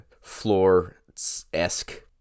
floor-esque